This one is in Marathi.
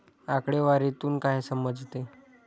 आकडेवारीतून काय समजते?